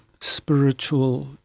spiritual